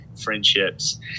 friendships